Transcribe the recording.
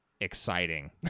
exciting